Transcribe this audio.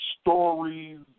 stories